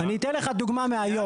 אני אתן לך דוגמא מהיום.